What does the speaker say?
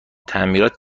تعمیرات